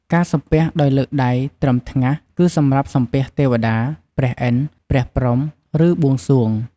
ការសំពះដោយលើកដៃត្រឹមថ្ងាស គឺសម្រាប់សំពះទេវតា ព្រះឥន្ទ ព្រះព្រហ្ម ឬបួងសួង។